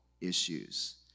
issues